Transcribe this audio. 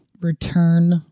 Return